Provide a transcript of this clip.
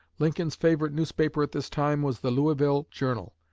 lincoln's favorite newspaper at this time was the louisville journal.